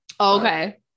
Okay